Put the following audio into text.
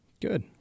Good